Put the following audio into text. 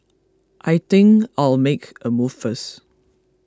I think I'll make a move first